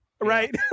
right